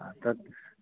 आता